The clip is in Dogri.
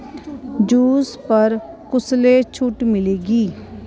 जूस पर कुसलै छूट मिलगी